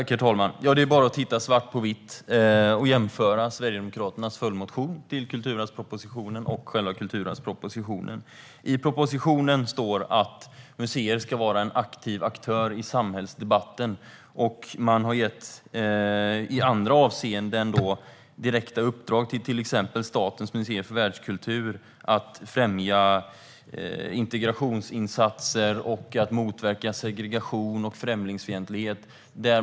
Herr talman! Det finns svart på vitt - det är bara att jämföra Sverigedemokraternas följdmotion till kulturarvspropositionen med själva kulturarvspropositionen. I propositionen står att museer ska vara en aktiv aktör i samhällsdebatten. Man har i andra avseenden gett direkta uppdrag till exempelvis Statens museer för världskultur att främja integrationsinsatser och att motverka segregation och främlingsfientlighet.